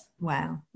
Wow